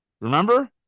Remember